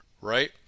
right